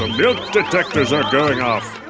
ah milk detectors are going off